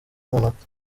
amanota